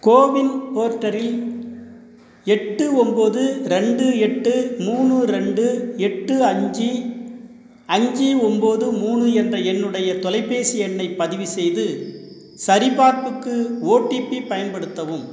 CoWIN போர்ட்டலில் எட்டு ஒம்பது ரெண்டு எட்டு மூணு ரெண்டு எட்டு அஞ்சு அஞ்சு ஒம்பது மூணு என்ற என்னுடைய தொலைபேசி எண்ணை பதிவு செய்து சரிபார்ப்புக்கு ஓடிபி பயன்படுத்தவும்